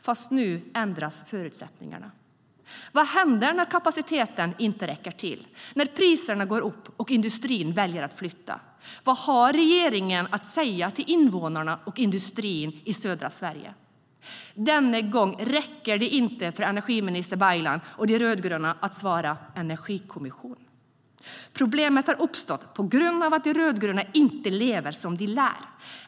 Fast nu ändras förutsättningarna. Denna gång räcker det inte för energiminister Baylan och de rödgröna att svara: energikommission. Problemet har uppstått på grund av att de rödgröna inte lever som de lär.